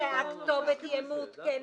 שהכתובת תהיה מעודכנת,